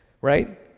right